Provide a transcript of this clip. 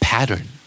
Pattern